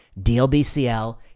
DLBCL